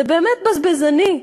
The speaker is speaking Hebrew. זה באמת בזבזני,